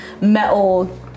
metal